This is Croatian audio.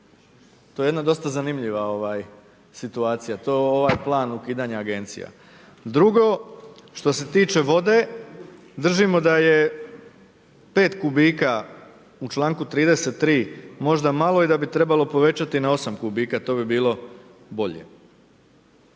To je jedna dosta zanimljiva situacija. To ovaj plan ukidanja agencija. Drugo što se tiče vode, držimo da je 5 kubika u čl. 3 možda malo i da bi trebalo povećati na 8 kubika, to bi bilo bolje.